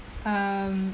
um